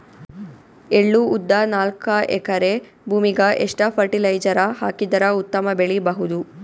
ಎಳ್ಳು, ಉದ್ದ ನಾಲ್ಕಎಕರೆ ಭೂಮಿಗ ಎಷ್ಟ ಫರಟಿಲೈಜರ ಹಾಕಿದರ ಉತ್ತಮ ಬೆಳಿ ಬಹುದು?